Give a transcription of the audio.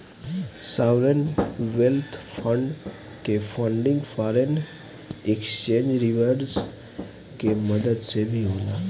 sovereign wealth fund के funding foreign exchange reserves के मदद से भी होला